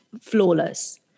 flawless